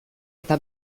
eta